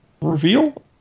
reveal